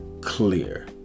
clear